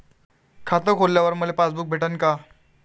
खातं खोलल्यावर मले पासबुक भेटन का?